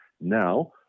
Now